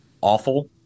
awful